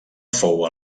fou